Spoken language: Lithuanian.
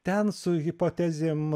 ten su hipotezėm